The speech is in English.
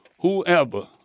whoever